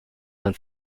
dein